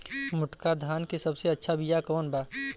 मोटका धान के सबसे अच्छा बिया कवन बा?